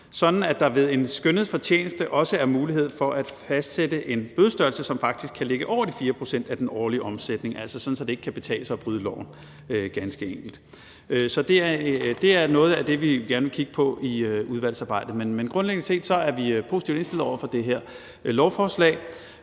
men at der ved en skønnet fortjeneste også er mulighed for at fastsætte en bødestørrelse, som faktisk kan ligge over de 4 pct. af den årlige omsætning, altså sådan at det ganske enkelt ikke kan betale sig at bryde loven. Så det er noget af det, vi gerne vil kigge på i udvalgsarbejdet. Men grundlæggende set er vi positivt indstillet over for det her lovforslag